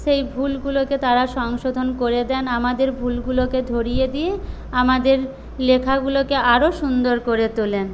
সেই ভুলগুলোকে তারা সংশোধন করে দেন আমাদের ভুলগুলোকে ধরিয়ে দিয়ে আমাদের লেখাগুলোকে আরও সুন্দর করে তোলেন